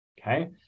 okay